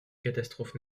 catastrophes